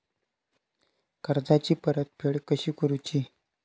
कर्जाची परतफेड कशी करुची?